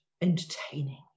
entertaining